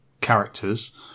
characters